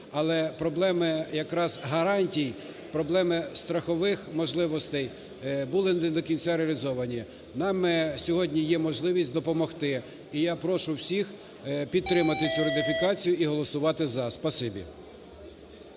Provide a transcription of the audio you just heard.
але проблеми якраз гарантій, проблеми страхових можливостей були не до кінця реалізовані. Нам сьогодні є можливість допомогти. І я прошу всіх підтримати цю ратифікацію і голосувати "за". Спасибі.